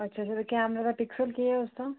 अच्छा अच्छा ते कैमरे दा पिक्सल केह् ऐ उसदा